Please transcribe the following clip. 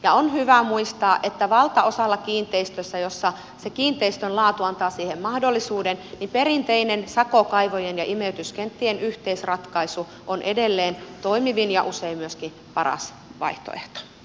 ja on hyvä muistaa että valtaosalla kiinteistöistä joissa se kiinteistön laatu antaa siihen mahdollisuuden perinteinen sakokaivojen ja imeytyskenttien yhteisratkaisu on edelleen toimivin ja usein myöskin paras vaihtoehto